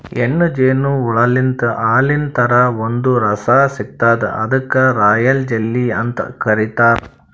ಹೆಣ್ಣ್ ಜೇನು ಹುಳಾಲಿಂತ್ ಹಾಲಿನ್ ಥರಾ ಒಂದ್ ರಸ ಸಿಗ್ತದ್ ಅದಕ್ಕ್ ರಾಯಲ್ ಜೆಲ್ಲಿ ಅಂತ್ ಕರಿತಾರ್